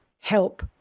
help